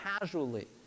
casually